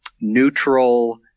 neutral